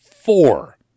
Four